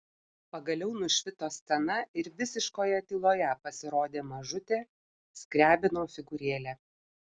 pagaliau nušvito scena ir visiškoje tyloje pasirodė mažutė skriabino figūrėlė